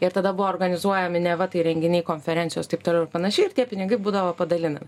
ir tada buvo organizuojami neva tai renginiai konferencijos taip toliau ir panašiai ir tie pinigai būdavo padalinami